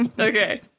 Okay